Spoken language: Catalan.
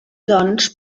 doncs